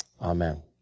Amen